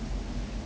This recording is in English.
你 oh 什么